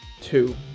two